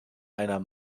einer